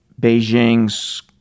Beijing's